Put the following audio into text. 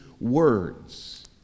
words